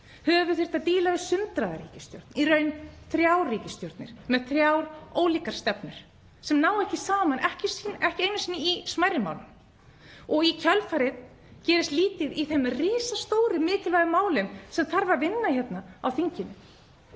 höfum við þurft að díla við sundraða ríkisstjórn, í raun þrjár ríkisstjórnir með þrjár ólíkar stefnur sem ná ekki saman, ekki einu sinni í smærri málum. Í kjölfarið gerist lítið í þeim risastóru mikilvægu málum sem þarf að vinna hér á þinginu